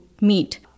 meet